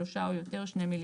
שלושה או יותר - 2,000,000.